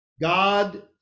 God